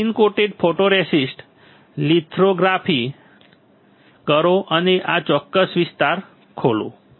spin coat photoresist lithography કરો અને આ ચોક્કસ વિસ્તાર ખોલો